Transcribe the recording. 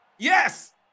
Yes